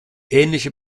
ähnliche